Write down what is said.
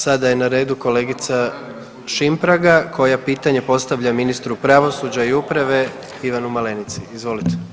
Sada je na redu kolegica Šimpraga koja pitanje postavlja ministru pravosuđa i uprave Ivanu Malenici, izvolite.